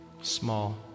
small